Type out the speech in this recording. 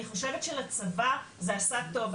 אני חושבת שלצבא זה עשה טוב.